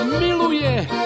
miluje